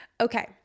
okay